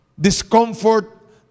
discomfort